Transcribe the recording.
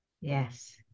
Yes